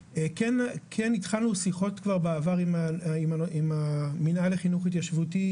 התחלנו שיחות בעבר עם המנהל לחינוך התיישבותי,